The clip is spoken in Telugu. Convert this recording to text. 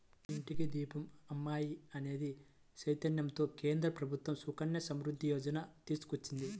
ఇంటికి దీపం అమ్మాయి అనే చైతన్యంతో కేంద్ర ప్రభుత్వం సుకన్య సమృద్ధి యోజన తీసుకొచ్చింది